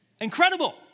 incredible